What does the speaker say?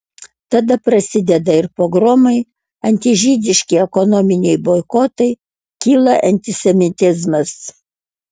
tada prasideda ir pogromai antižydiški ekonominiai boikotai kyla antisemitizmas